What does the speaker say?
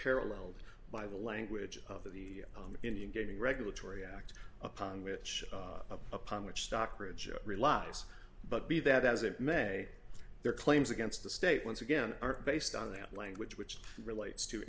paralleled by the language of the indian gaming regulatory act upon which upon which stockbridge relies but be that as it may their claims against the state once again are based on that language which relates to